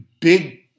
big